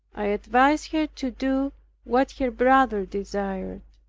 i advised her to do what her brother desired.